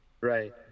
Right